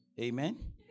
Amen